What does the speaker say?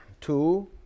Two